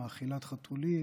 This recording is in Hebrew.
מאכילת חתולים,